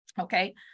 okay